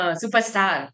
superstar